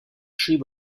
schrieb